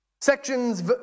Sections